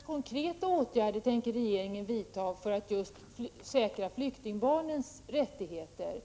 Herr talman! Vilka andra konkreta åtgärder tänker regeringen vidta för att säkra just flyktingbarnens rättigheter?